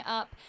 up